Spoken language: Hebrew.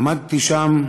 עמדתי שם,